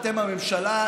אתם הממשלה,